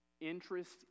interest